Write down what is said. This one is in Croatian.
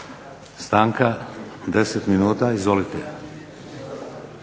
Stanka 10 minuta. Izvolite.